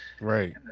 Right